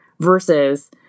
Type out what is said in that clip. Versus